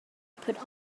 put